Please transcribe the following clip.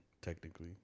technically